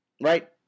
right